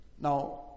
Now